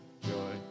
joy